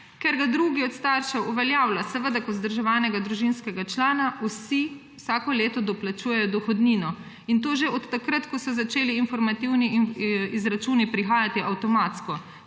ker ga drugi od staršev uveljavlja seveda kot vzdrževanega družinskega člana, vsi vsako leto doplačujejo dohodnino, in to že od takrat, ko so začeli informativni izračuni prihajati avtomatsko.